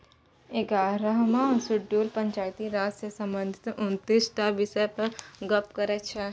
एगारहम शेड्यूल पंचायती राज सँ संबंधित उनतीस टा बिषय पर गप्प करै छै